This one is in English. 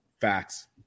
Facts